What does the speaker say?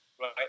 right